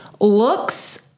looks